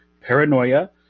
Paranoia